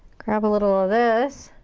grab a little of this.